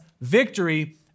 victory